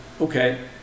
okay